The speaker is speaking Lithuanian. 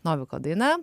noviko daina